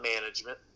management